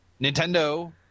Nintendo